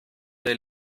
der